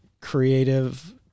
creative